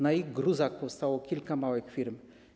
Na ich gruzach powstało kilka małych firm.